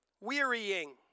wearying